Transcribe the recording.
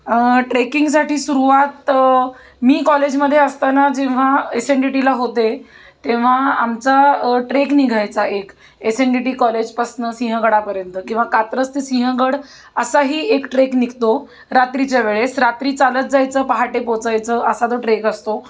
ट्रेकिंगसाठी सुरुवात मी कॉलेजमध्ये असताना जेव्हा एस एन डी टीला होते तेव्हा आमचा ट्रेक निघायचा एक एस एन डी टी कॉलेजपासनं सिंहगडापर्यंत किंवा कात्रज ते सिंहगड असाही एक ट्रेक निघतो रात्रीच्या वेळेस रात्री चालत जायचं पहाटे पोहचायचं असा तो ट्रेक असतो